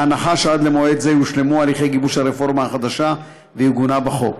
בהנחה שעד למועד זה יושלמו הליכי גיבוש הרפורמה החדשה ועיגונה בחוק.